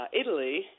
Italy